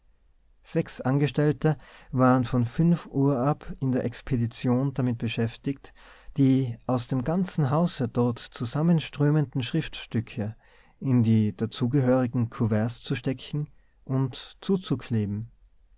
sechs angestellte waren von fünf uhr ab in der expedition damit beschäftigt die aus dem ganzen hause dort zusammenströmenden schriftstücke in die dazugehörigen kuverts zu stecken und zuzukleben